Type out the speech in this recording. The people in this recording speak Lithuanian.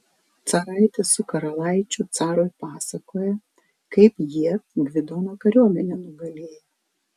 caraitis su karalaičiu carui pasakoja kaip jie gvidono kariuomenę nugalėjo